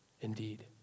indeed